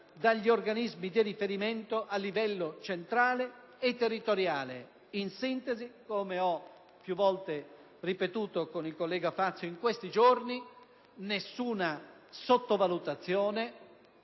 dagli organismi di riferimento a livello centrale e territoriale. In sintesi, come ho più volte ripetuto insieme al collega sottosegretario Fazio in questi giorni, non c'è nessuna sottovalutazione,